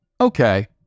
okay